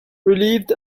relieved